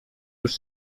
już